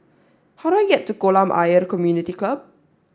how do I get to Kolam Ayer Community Club